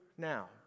Now